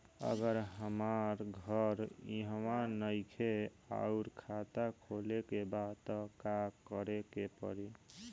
अगर हमार घर इहवा नईखे आउर खाता खोले के बा त का करे के पड़ी?